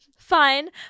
Fine